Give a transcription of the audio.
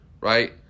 right